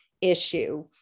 issue